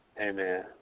amen